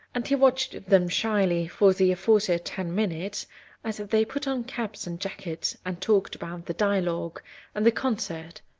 and he watched them shyly for the aforesaid ten minutes as they put on caps and jackets and talked about the dialogue and the concert.